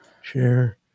Share